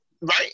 right